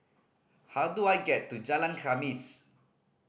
how do I get to Jalan Khamis